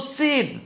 sin